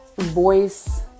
voice